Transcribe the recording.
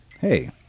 Hey